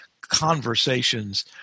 conversations